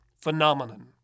phenomenon